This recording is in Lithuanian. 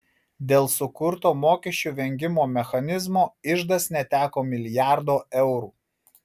dėl sukurto mokesčių vengimo mechanizmo iždas neteko milijardų eurų